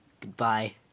Goodbye